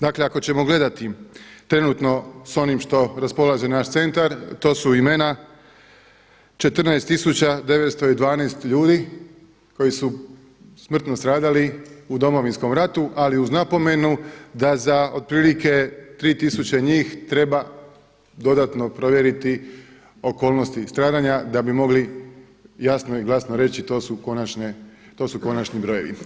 Dakle ako ćemo gledati trenutno sa onim što raspolaže naš centar to su imena, 14 tisuća 912. ljudi koji su smrtno stradali u Domovinskom ratu ali uz napomenu da za otprilike 3 tisuće njih treba dodatno provjeriti okolnosti i stradanja da bi mogli jasno i glasno reći to su konačni brojevi.